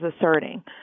asserting